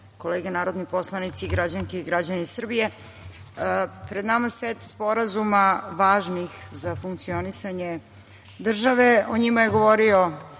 kolege narodni poslanici, građanke i građani Srbije, pred nama je set sporazuma važnih za funkcionisanje države. O njima je govorio